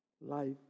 life